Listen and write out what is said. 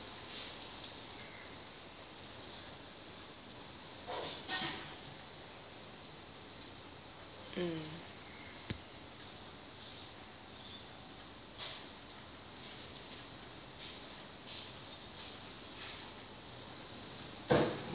mm